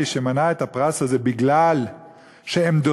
שמנע את הפרס הזה בגלל שעמדותיו,